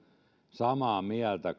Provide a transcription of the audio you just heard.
samaa mieltä